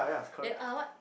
eh uh what